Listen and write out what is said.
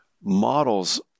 models